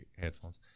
headphones